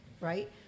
right